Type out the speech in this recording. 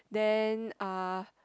then uh